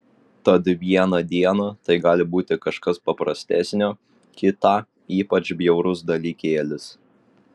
tad vieną dieną tai gali būti kažkas paprastesnio kitą ypač bjaurus dalykėlis